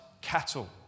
cattle